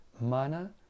mana